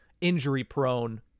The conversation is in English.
injury-prone